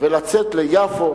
ולצאת ליפו,